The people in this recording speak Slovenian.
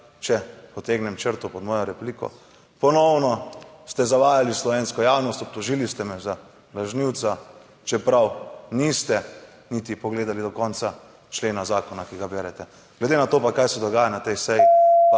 če potegnem črto pod mojo repliko, ponovno ste zavajali slovensko javnost, obtožili ste me za lažnivca, čeprav niste niti pogledali do konca člena zakona, ki ga berete. Glede na to pa kaj se dogaja na tej seji pa